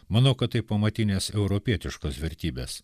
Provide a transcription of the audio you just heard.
manau kad tai pamatinės europietiškos vertybės